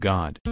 God